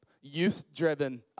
youth-driven